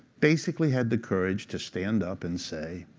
basically had the courage to stand up and say,